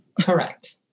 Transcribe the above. Correct